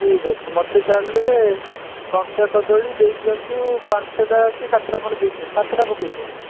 ଠିକ୍ ଅଛି ମତେ ତା'ହେଲେ କଞ୍ଚା କଦଳୀ ଦେଇଦିଅନ୍ତୁ ପାଞ୍ଚଟା କି ସାତଟା ଖଣ୍ଡେ ଦେଇଦିଅନ୍ତୁ ସାତଟା ପକାଇଦିଅନ୍ତୁ